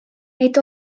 nid